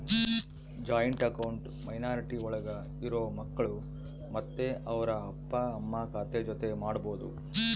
joint account minority ಒಳಗ ಇರೋ ಮಕ್ಕಳು ಮತ್ತೆ ಅವ್ರ ಅಪ್ಪ ಅಮ್ಮ ಖಾತೆ ಜೊತೆ ಮಾಡ್ಬೋದು